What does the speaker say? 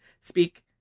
speak